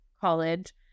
college